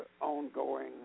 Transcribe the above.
ongoing